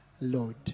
Lord